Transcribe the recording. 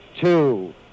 two